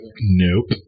Nope